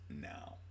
now